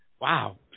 wow